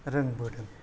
रोंबोदों